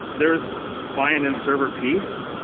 there's client and server piece.